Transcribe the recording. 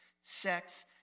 sex